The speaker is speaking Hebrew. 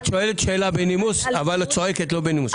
את שואלת שאלה בנימוס אבל את צועקת לא בנימוס.